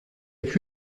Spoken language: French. avait